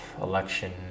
election